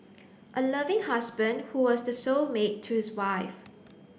a loving husband who was the soul mate to his wife